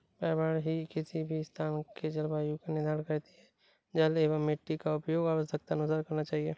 पर्यावरण ही किसी भी स्थान के जलवायु का निर्धारण करती हैं जल एंव मिट्टी का उपयोग आवश्यकतानुसार करना चाहिए